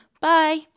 Bye